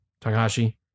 Takahashi